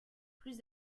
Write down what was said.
plus